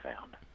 found